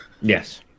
Yes